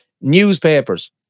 Newspapers